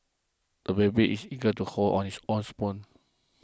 a baby is eager to hold on his own spoon